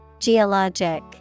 geologic